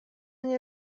nie